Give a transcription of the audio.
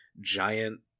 giant